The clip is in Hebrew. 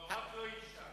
לא, רק לא אשה.